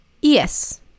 Yes